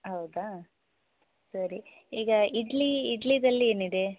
ಹೌದಾ ಸರಿ ಈಗ ಇಡ್ಲಿ ಇಡ್ಲಿಯಲ್ಲಿ ಏನಿದೆ